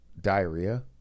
diarrhea